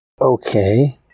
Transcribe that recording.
Okay